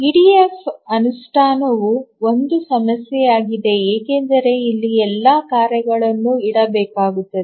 EDF ಅನುಷ್ಠಾನವು ಒಂದು ಸಮಸ್ಯೆಯಾಗಿದೆ ಏಕೆಂದರೆ ಇಲ್ಲಿ ಎಲ್ಲಾ ಕಾರ್ಯಗಳನ್ನು ಇಡಬೇಕಾಗುತ್ತದೆ